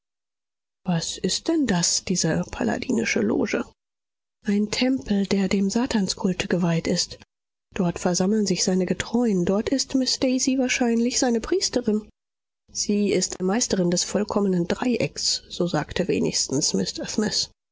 was ist denn das diese palladinische loge ein tempel der dem satanskultus geweiht ist dort versammeln sich seine getreuen dort ist miß daisy wahrscheinlich seine priesterin sie ist meisterin des vollkommenen dreiecks so sagte wenigstens mr smith